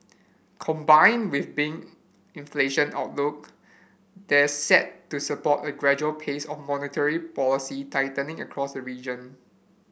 combined with been inflation outlook that's set to support a gradual pace of monetary policy tightening across the region